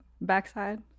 Backside